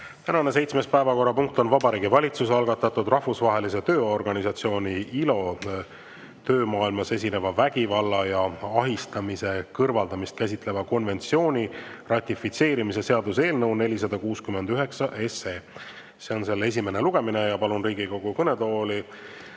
Tänane seitsmes päevakorrapunkt on Vabariigi Valitsuse algatatud Rahvusvahelise Tööorganisatsiooni (ILO) töömaailmas esineva vägivalla ja ahistamise kõrvaldamist käsitleva konventsiooni ratifitseerimise seaduse eelnõu 469 esimene lugemine. Ja palun Riigikogu kõnetooli